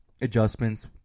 adjustments